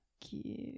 cute